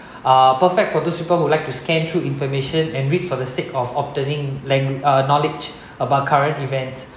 uh perfect for those people who like to scan through information and read for the sake of obtaining langua~ uh knowledge about current events